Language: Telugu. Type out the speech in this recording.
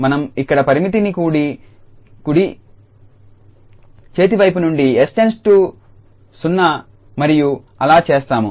మనం ఇక్కడ పరిమితిని కుడి చేతి వైపు నుండి 𝑠→ 0 మరియు అలా చేసాము